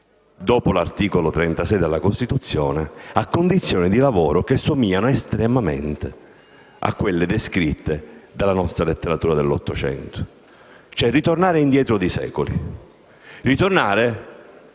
dopo l'articolo 36 della Costituzione, a condizioni di lavoro che somigliano estremamente a quelle descritte dalla nostra letteratura dell'Ottocento. Ritornate, cioè, indietro nei secoli. Ritornare